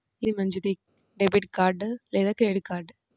ఏది మంచిది, debit card లేదా క్రెడిట్ కార్డ్?